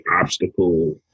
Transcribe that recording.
obstacle